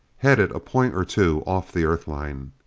headed a point or two off the earthline.